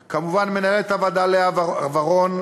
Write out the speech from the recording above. כמובן, למנהלת הוועדה לאה ורון,